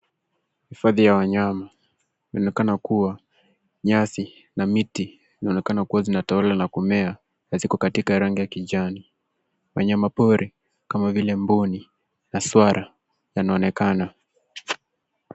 Hifadhi ya wanyama inaonekana kuwa nyasi na miti inaonekana kuwa zinatawala na kumea na ziko katika rangi ya kijani. Wanyama pori kama vile mbuni na swara yanaonekana.